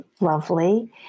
lovely